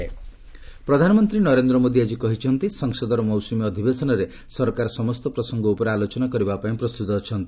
ରିଭ୍ PM parliament ପ୍ରଧାନମନ୍ତ୍ରୀ ନରେନ୍ଦ୍ର ମୋଦି ଆଜି କହିଛନ୍ତି ସଂସଦର ମୌସୁମୀ ଅଧିବେଶନରେ ସରକାର ସମସ୍ତ ପ୍ରସଙ୍ଗ ଉପରେ ଆଲୋଚନା କରିବା ପାଇଁ ପ୍ରସ୍ତୁତ ଅଛନ୍ତି